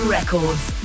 Records